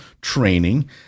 training